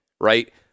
right